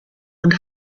und